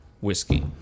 whiskey